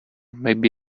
maybe